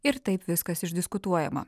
ir taip viskas išdiskutuojama